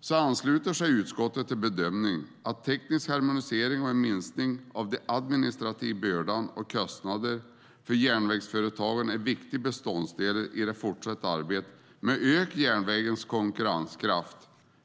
Utskottet ansluter sig till bedömningen att teknisk harmonisering och en minskning av de administrativa bördorna och kostnaderna för järnvägsföretagen är viktiga beståndsdelar i det fortsatta arbetet med att öka järnvägens konkurrenskraft